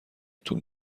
طول